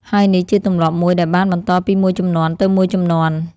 ហើយនេះជាទម្លាប់មួយដែលបានបន្តពីមួយជំនាន់ទៅមួយជំនាន់។